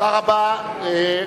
תודה רבה.